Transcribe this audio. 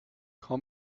call